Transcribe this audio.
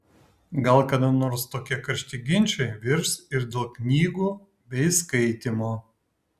gal kada nors tokie karšti ginčai virs ir dėl knygų bei skaitymo